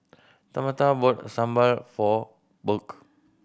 Tamatha bought sambal for Burk